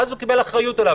ואז הוא קיבל אחריות עליו.